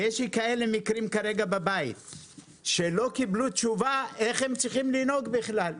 ואני מכיר מקרים כאלה שלא קיבלו תשובה איך הם צריכים לנהוג בכלל.